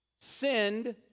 sinned